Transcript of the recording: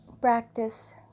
Practice